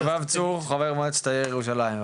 יובב צור חבר מועצת העיר ירושלים,